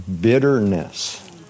bitterness